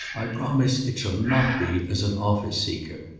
i promise it shall not be as an office-seeker.